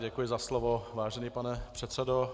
Děkuji za slovo, vážený pane předsedo.